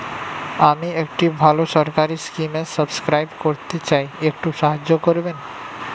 আমি একটি ভালো সরকারি স্কিমে সাব্সক্রাইব করতে চাই, একটু সাহায্য করবেন?